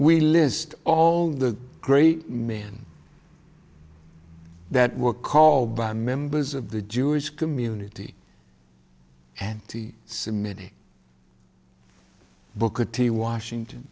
we list all the great men that were called by members of the jewish community anti semitic booker t washington